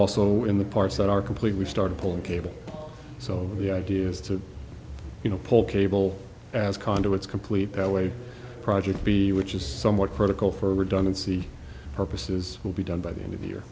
also in the parts that are complete we started pulling cable so the idea is to you know pull cable as conduits complete that way project b which is somewhat critical for redundancy purposes will be done by the end of the year